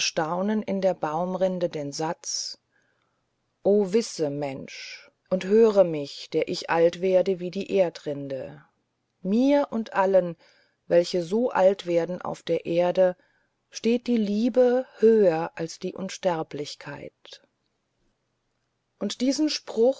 von der baumrinde den satz o wisse mensch und höre mich der ich alt werde wie die erdrinde mir und allen welche so alt werden auf der erde steht die liebe höher als die unsterblichkeit und diesen spruch